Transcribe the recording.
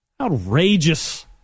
outrageous